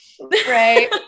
right